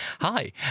hi